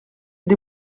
des